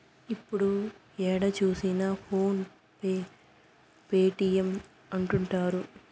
ఇప్పుడు ఏడ చూసినా ఫోన్ పే పేటీఎం అంటుంటారు